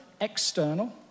external